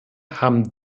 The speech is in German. haben